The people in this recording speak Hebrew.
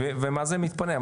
ומה זה מתפנה?